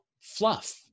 fluff